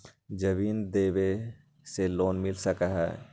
जमीन देवे से लोन मिल सकलइ ह?